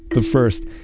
the first,